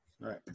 Right